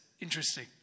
interesting